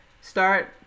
start